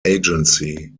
agency